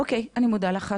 אוקיי, אני מודה לך.